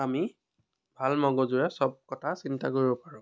আমি ভাল মগজুৰে চব কথা চিন্তা কৰিব পাৰোঁ